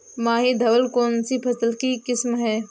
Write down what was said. माही धवल कौनसी फसल की किस्म है?